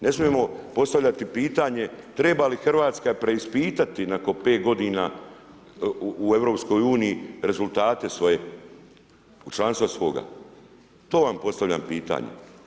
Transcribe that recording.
Ne smijemo postaviti pitanje, treba li Hrvatska preispitati nakon 5 g. u EU, rezultate svoje, članstvo svoga, to vam postavljam pitanje.